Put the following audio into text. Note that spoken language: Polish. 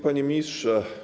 Panie Ministrze!